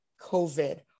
COVID